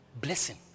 Blessing